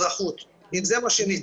האזרחות, אם זה מה שנטען.